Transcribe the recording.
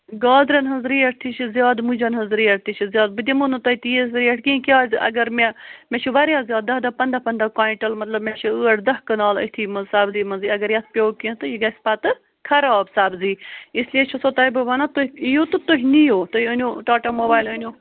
گازرَٮ۪ن ہٕنٛز ریٹ تہِ چھِ زیادٕ مُجن ہٕنٛز ریٹ تہِ چھِ زیادٕ بہٕ دِمہو نہٕ تۄہہِ تیٖژ ریٹ کیٚنٛہہ کیٛازِ اَگر مےٚ مےٚ چھُ واریاہ زیادٕ دَہ دَہ پنٛداہ پنٛداہ کۅیِنٛٹل مطلب مےٚ چھِ ٲٹھ دَہ کنال أتھی منٛز سَبزی منٛزی اَگر یَتھ پیوٚو کیٚنٛہہ تہٕ یہِ گژھِ پَتہٕ خراب سبزی اِسلیے چھُسو تۄہہِ بہٕ وَنان تُہۍ یِیِو تہٕ تُہۍ نِیو تُہۍ أنِو ٹاٹا موبایل أنِو